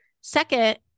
Second